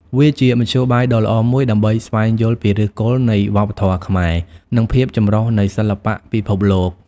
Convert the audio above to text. វាជាមធ្យោបាយដ៏ល្អមួយដើម្បីស្វែងយល់ពីឫសគល់នៃវប្បធម៌ខ្មែរ និងភាពចម្រុះនៃសិល្បៈពិភពលោក។